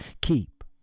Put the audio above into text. keep